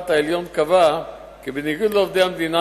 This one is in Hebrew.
העליון כי בניגוד לעובדי המדינה,